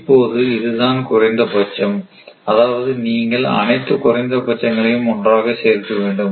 இப்போது இதுதான் குறைந்தபட்சம் அதாவது நீங்கள் அனைத்து குறைந்தபட்சங்களையும் ஒன்றாக சேர்க்க வேண்டும்